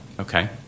Okay